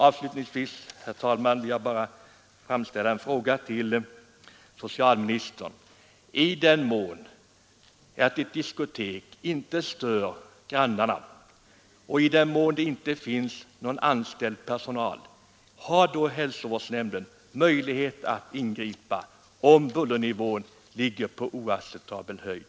Avslutningsvis vill jag, herr talman, bara ställa en fråga till socialministern: Om ett diskotek inte stör grannarna och om det inte finns någon anställd personal, har då hälsovårdsnämnden möjlighet att ingripa, om bullernivån ligger på oacceptabel höjd?